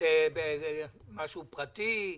זה משהו פרטי?